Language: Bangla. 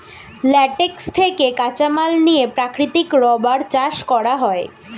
ল্যাটেক্স থেকে কাঁচামাল নিয়ে প্রাকৃতিক রাবার চাষ করা হয়